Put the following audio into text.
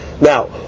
Now